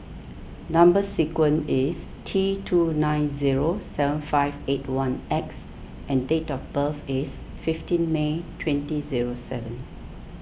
Number Sequence is T two nine zero seven five eight one X and date of birth is fifteen May twenty zero seven